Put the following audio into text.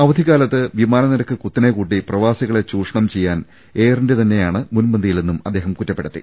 അവ ധിക്കാലത്ത് വിമാനനിരക്ക് കുത്തനെകൂട്ടി പ്രവാസികളെ ചൂഷണം ചെയ്യാൻ എയർഇന്ത്യ തന്നെയാണ് മുൻപന്തിയിലെന്നും അദ്ദേഹം കുറ്റപ്പെടുത്തി